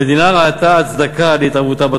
המדינה ראתה הצדקה להתערבותה בתחום,